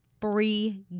free